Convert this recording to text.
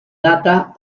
data